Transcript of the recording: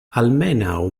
almenaŭ